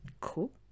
cool